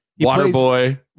Waterboy